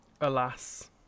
Alas